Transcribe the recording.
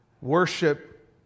Worship